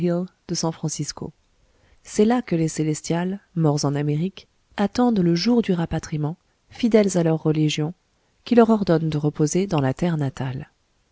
de san francisco c'est là que les célestials morts en amérique attendent le jour du rapatriement fidèles à leur religion qui leur ordonne de reposer dans la terre natale